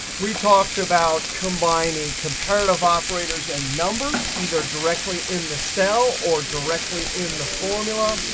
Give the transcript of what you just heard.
we talked about combining comparative operators and numbers, either directly in the cell or directly in the formula.